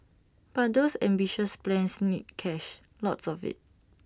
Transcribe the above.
but those ambitious plans need cash lots of IT